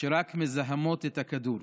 שרק מזהמות את הכדור.